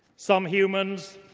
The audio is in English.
some humans,